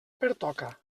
pertoca